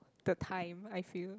the time I feel